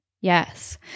Yes